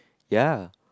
ya